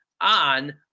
on